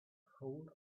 hold